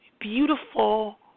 beautiful